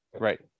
right